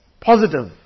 positive